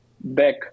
back